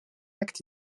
acte